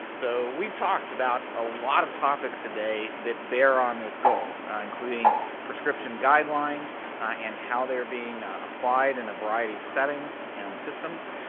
so we've talked about a lot of topics today that bear on this goal, including prescription guidelines and how they're being applied in a variety of settings and systems.